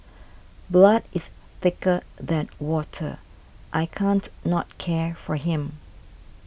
blood is thicker than water I can't not care for him